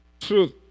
truth